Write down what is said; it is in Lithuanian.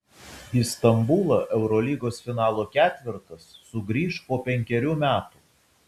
į stambulą eurolygos finalo ketvertas sugrįš po penkerių metų